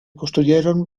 construyeron